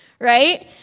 right